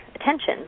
attention